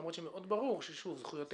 למרות שמאוד ברור שזכויותיהם